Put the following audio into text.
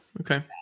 Okay